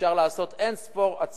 אפשר לעשות זאת.